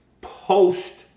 post